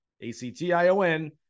A-C-T-I-O-N